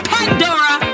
Pandora